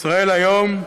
"ישראל היום".